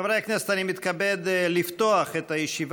הצעות מס' 9679,